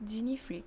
jin ifrit